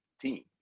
team